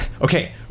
Okay